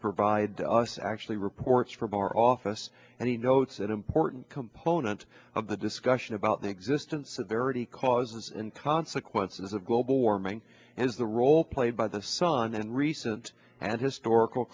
provide us actually reports from our office and he notes that important component of the discussion about the existence of verity causes and consequences of global warming and the role played by the sun and recent and historical